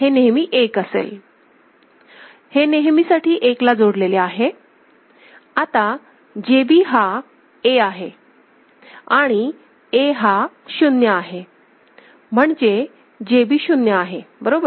हे नेहमीसाठी 1 ला जोडलेले आहे आता JB हा A आहे आणि A हा 0 आहे म्हणजे JB 0 आहे बरोबर